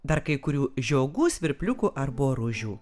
dar kai kurių žiogų svirpliukų ar boružių